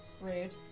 Rude